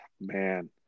man